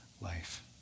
life